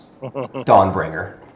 Dawnbringer